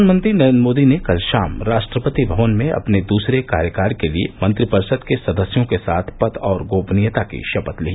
प्रधानमंत्री नरेन्द्र मोदी ने कल शाम राष्ट्रपति भवन में अपने दूसरे कार्यकाल के लिए मंत्रिपरिषद के सदस्यों के साथ पद और गोपनीयता की शपथ ली